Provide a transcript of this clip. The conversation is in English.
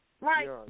Right